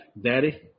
daddy